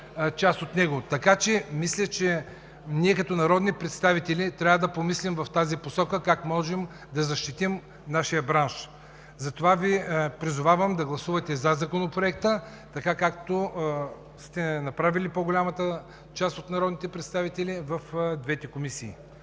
част от него. Така че мисля, че ние като народни представители трябва да помислим в тази посока как можем да защитим нашия бранш. Затова Ви призовавам да гласувате за Законопроекта, така както сте направили по-голямата част от народните представители в двете комисии.